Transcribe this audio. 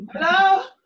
Hello